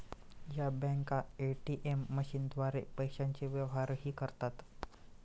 या बँका ए.टी.एम मशीनद्वारे पैशांचे व्यवहारही करतात